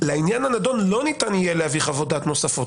לעניין הנדון לא ניתן יהיה להביא חוות דעת נוספות.